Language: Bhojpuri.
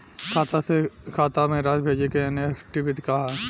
खाता से खाता में राशि भेजे के एन.ई.एफ.टी विधि का ह?